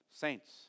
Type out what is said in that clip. Saints